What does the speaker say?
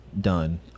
done